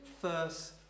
first